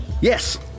yes